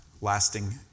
Lasting